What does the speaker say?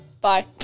bye